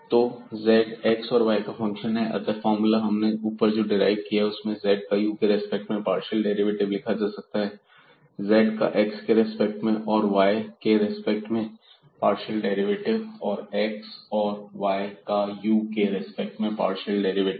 तो z x और y का फंक्शन है अतः जो फार्मूला हमने ऊपर ड्राइव किया है उसमें z का u के रिस्पेक्ट में पार्शियल डेरिवेटिव लिखा जा सकता है z का x के रेस्पेक्ट में और y के रेस्पेक्ट में पार्शियल डेरिवेटिव और x और y का u के रिस्पेक्ट में पार्शियल डेरिवेटिव